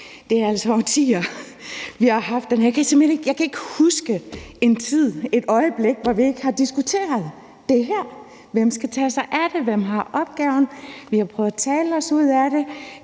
det er altså i årtier, vi har haft det her, og jeg kan ikke huske en tid, et øjeblik, hvor vi ikke har diskuteret det her: Hvem skal tage sig af det? Hvem har opgaven? Vi har prøvet at tale os ud af det,